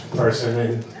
person